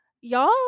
y'all